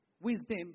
Wisdom